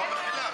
הופה.